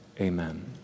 Amen